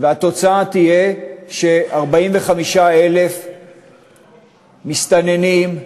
והתוצאה תהיה ש-45,000 מסתננים,